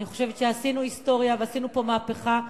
אני חושבת שעשינו היסטוריה ועשינו פה מהפכה,